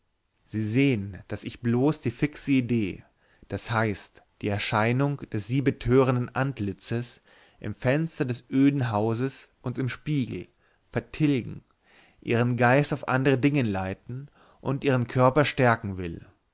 sie sehen daß ich bloß die fixe idee das heißt die erscheinung des sie betörenden antlitzes im fenster des öden hauses und im spiegel vertilgen ihren geist auf andere dinge leiten und ihren körper stärken will